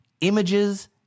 images